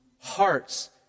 hearts